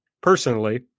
personally